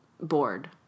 bored